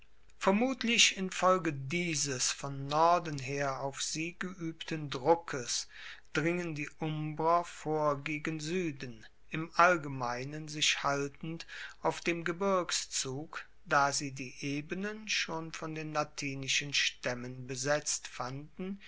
vermutlich infolge dieses von norden her auf sie geuebten druckes dringen die umbrer vor gegen sueden im allgemeinen sich haltend auf dem gebirgszug da sie die ebenen schon von den latinischen staemmen besetzt fanden